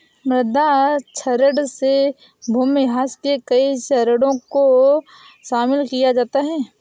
मृदा क्षरण में भूमिह्रास के कई चरणों को शामिल किया जाता है